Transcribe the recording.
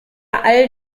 all